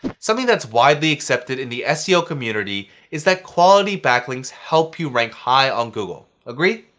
something that's widely accepted in the seo community is that quality backlinks help you rank high on google. agree?